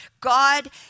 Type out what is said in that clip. God